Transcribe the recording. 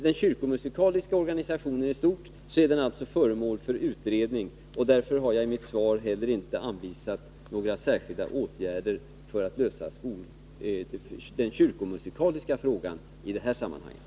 Den kyrkomusikaliska organisationen i stort är föremål för utredning, och därför har jag i mitt svar inte anvisat några särskilda åtgärder för att lösa den kyrkomusikaliska frågan i det här sammanhanget.